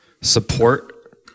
support